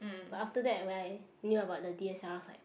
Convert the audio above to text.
but after that when I knew about the d_s_l_r I was like